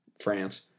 France